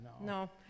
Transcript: no